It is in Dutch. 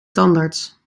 tandarts